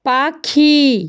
পাখি